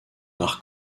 par